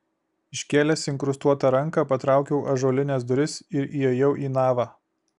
iškėlęs inkrustuotą ranką patraukiau ąžuolines duris ir įėjau į navą